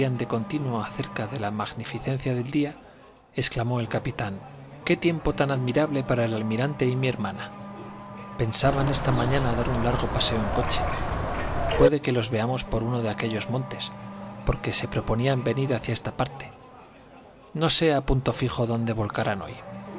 de continuo acerca de la magnificencia del día exclamó el capitán qué tiempo tan admirable para el almirante y mi hermana pensaban esta mañana dar un largo paseo en coche puede que los veamos por uno de aquellos montes porque se proponían venir hacia esta parte no sé a punto fijo dónde volcarán hoy